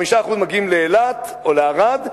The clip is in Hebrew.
5% מגיעים לאילת או לערד,